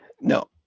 No